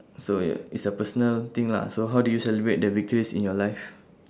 so ya it's a personal thing lah so how do you celebrate the victories in your life